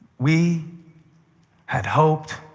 we had hoped